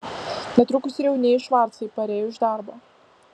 netrukus ir jaunieji švarcai parėjo iš darbo